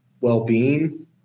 well-being